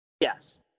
Yes